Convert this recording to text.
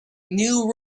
new